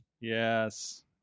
Yes